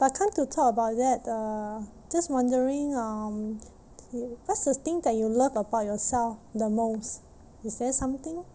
but come to talk about that uh just wondering um K what's the thing that you love about yourself the most is there something